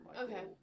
Okay